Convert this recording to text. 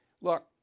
look